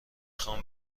خوام